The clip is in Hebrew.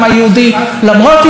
למרות ההתנגדות הערבית,